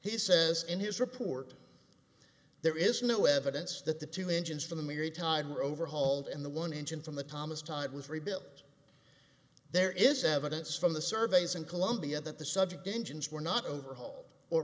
he says in his report there is no evidence that the two engines from the mary todd were overhauled and the one engine from the thomas tied with rebuilt there is evidence from the surveys in columbia that the subject engines were not overhauled or